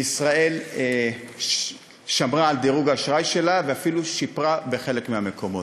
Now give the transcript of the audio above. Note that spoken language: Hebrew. וישראל שמרה על דירוג האשראי שלה ואפילו שיפרה בחלק מהמקומות.